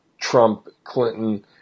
Trump-Clinton